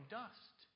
dust